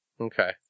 okay